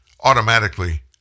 automatically